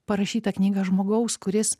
parašyta knyga žmogaus kuris